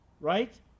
right